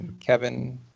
Kevin